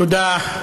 תודה,